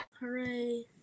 Hooray